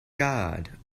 god